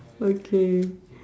okay